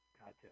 Gotcha